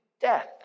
death